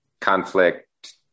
conflict